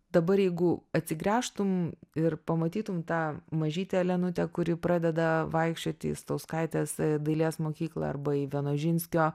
dabar jeigu atsigręžtum ir pamatytum tą mažytę elenutę kuri pradeda vaikščioti į stauskaitės dailės mokyklą arba į vienožinskio